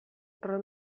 ron